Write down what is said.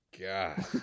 god